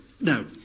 No